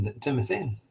Timothy